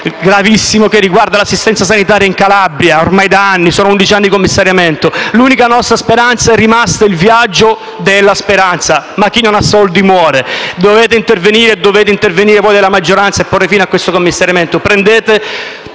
gravissimo che riguarda l'assistenza sanitaria in Calabria ormai da anni: sono undici anni di commissariamento. L'unica nostra speranza è rimasto il viaggio della speranza, ma chi non ha soldi muore. Voi della maggioranza dovete intervenire e porre fine a questo commissariamento: